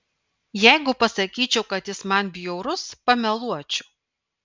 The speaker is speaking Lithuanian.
jeigu pasakyčiau kad jis man bjaurus pameluočiau